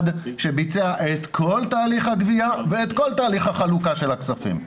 שביצע את כל תהליך הגבייה ואת כל תהליך החלוקה של הכספים.